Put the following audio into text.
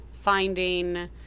finding